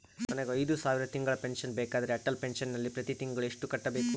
ನನಗೆ ಐದು ಸಾವಿರ ತಿಂಗಳ ಪೆನ್ಶನ್ ಬೇಕಾದರೆ ಅಟಲ್ ಪೆನ್ಶನ್ ನಲ್ಲಿ ಪ್ರತಿ ತಿಂಗಳು ಎಷ್ಟು ಕಟ್ಟಬೇಕು?